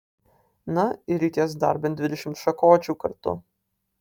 na ir reikės dar bent dvidešimt šakočių kartu